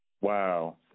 Wow